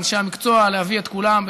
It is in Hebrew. ואנשי המקצוע להביא את כולם,